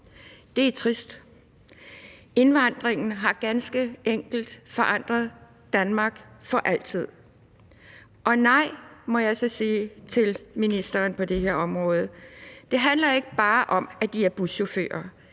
Det er trist! Indvandringen har ganske enkelt forandret Danmark for altid. Og nej, må jeg så sige til ministeren på det her område, det handler ikke bare om, at de er buschauffører